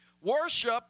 Worship